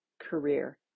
career